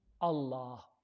Allah